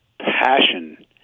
passion